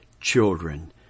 children